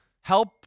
help